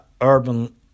urban